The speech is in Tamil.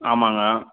ஆமாம்ங்க